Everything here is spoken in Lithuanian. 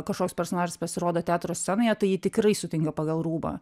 kažkoks personažas pasirodo teatro scenoje tai jį tikrai sutinka pagal rūbą